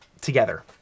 together